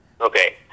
Okay